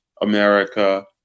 America